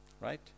right